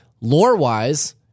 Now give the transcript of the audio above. lore-wise